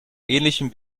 ähnlichem